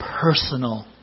personal